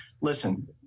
listen